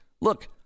Look